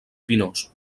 pinós